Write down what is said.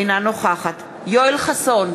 אינה נוכחת יואל חסון,